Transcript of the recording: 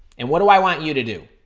and what do i want you to do?